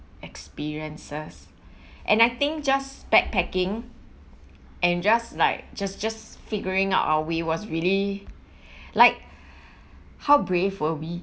experiences and I think just backpacking and just like just just figuring out our way was really like how brave were we